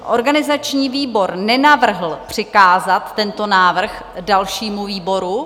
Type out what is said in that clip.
Organizační výbor nenavrhl přikázat tento návrh dalšímu výboru.